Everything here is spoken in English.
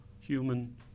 human